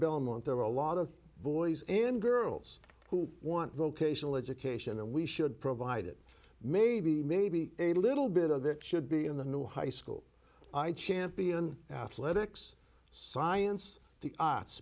belmont there are a lot of boys and girls who want vocational education and we should provide it maybe maybe a little bit of it should be in the new high school i champion athletics science the arts